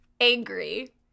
angry